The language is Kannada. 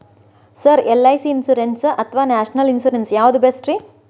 ಸರ್ ಎಲ್.ಐ.ಸಿ ಇನ್ಶೂರೆನ್ಸ್ ಅಥವಾ ನ್ಯಾಷನಲ್ ಇನ್ಶೂರೆನ್ಸ್ ಯಾವುದು ಬೆಸ್ಟ್ರಿ?